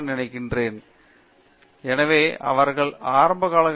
பேராசிரியர் சத்யநாராயணன் என் கும்மாடி எனவே அவர்கள் ஆரம்ப கட்டங்களில் உள்ளனர்